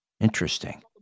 Interesting